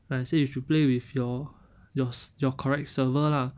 like I say you should play with your yours your correct server lah